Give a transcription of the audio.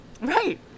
Right